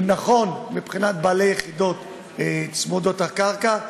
נכון לבעלי הדירות צמודות הקרקע,